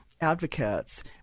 Advocates